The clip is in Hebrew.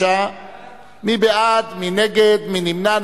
מי בעד, מי נגד, מי נמנע?